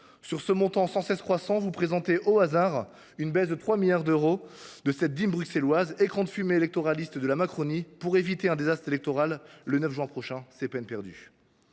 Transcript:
Sur ce montant sans cesse croissant, vous présentez – quel hasard !– une baisse de 3 milliards d’euros de cette dîme bruxelloise, écran de fumée électoraliste de la Macronie pour éviter un désastre électoral le 9 juin prochain. C’est pourtant peine perdue.